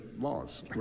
laws